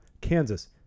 kansas